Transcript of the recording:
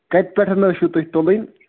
کَتہِ پٮ۪ٹھ حظ چھُو تُہۍ تُلٕنۍ